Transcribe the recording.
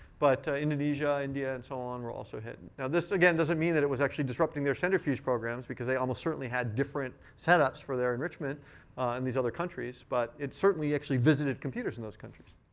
but indonesia, india, and so on were also hit. and now this, again, doesn't mean that it was actually disrupting their centrifuge programs, because they almost certainly had different setups their enrichment in these other countries. but it certainly actually visited computers in those countries.